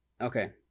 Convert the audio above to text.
okay